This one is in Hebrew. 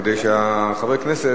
כדי שחברי הכנסת,